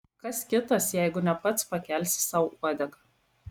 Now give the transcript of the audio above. kas kitas jeigu ne pats pakelsi sau uodegą